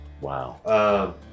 Wow